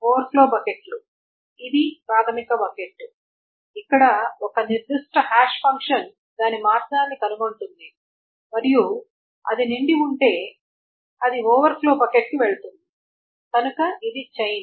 ఇవి ఓవర్ఫ్లో బకెట్లు ఇది ప్రాధమిక బకెట్ ఇక్కడ ఒక నిర్దిష్ట హాష్ ఫంక్షన్ దాని మార్గాన్ని కనుగొంటుంది మరియు అది నిండి ఉంటే అది ఓవర్ఫ్లో బకెట్కి వెళుతుంది కనుక ఇది చైన్